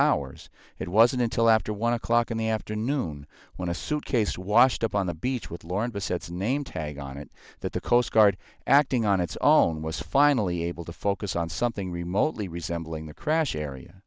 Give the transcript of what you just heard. hours it wasn't until after one o'clock in the afternoon when a suitcase washed up on the beach with lauren besets name tag on it that the coast guard acting on its own was finally able to focus on something remotely resembling the crash area